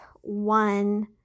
one